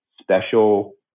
special